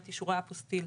את אישורי האפוסטיל,